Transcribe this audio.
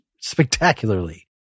spectacularly